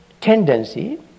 tendency